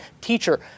teacher